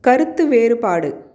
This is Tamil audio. கருத்து வேறுபாடு